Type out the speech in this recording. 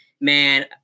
man